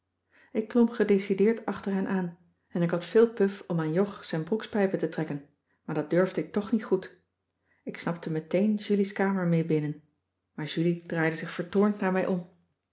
ik klom gedecideerd achter hem aan en ik had veel puf om aan jog zijn broekspijpen te trekken maar dat durfde ik toch niet goed ik stapte meteen julie's kamer mee binnen maar julie draaide zich vertoornd naar mij om